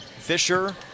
Fisher